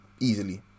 Easily